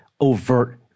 overt